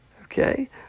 Okay